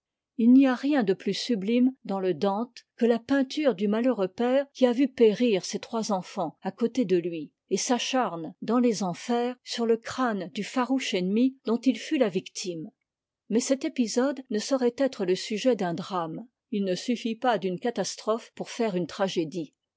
il n'y a rien de plus subiime dans le dante que la peinture du malheureux père qui a vu périr ses trois enfants à côté de lui et s'acharne dans les enfers sur le crâne du farouche ennemi dont il fut la victime mais cet épisode ne saurait être le sujet d'un drame il ne suffit pas d'une catastrophe pour faire une tragédie